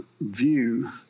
view